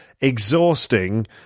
exhausting